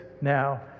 now